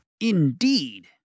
Indeed